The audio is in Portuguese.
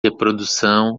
reprodução